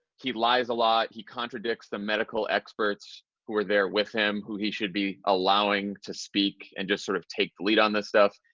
he lies a lot, he contradicts the medical experts who are there with him, who he should be allowing to speak and sort of take the lead on this stuff.